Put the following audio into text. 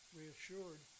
reassured